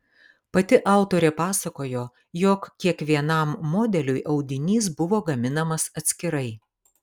pati autorė pasakojo jog kiekvienam modeliui audinys buvo gaminamas atskirai